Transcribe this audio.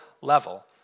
level